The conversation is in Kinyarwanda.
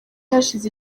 hashize